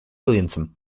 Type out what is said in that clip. williamson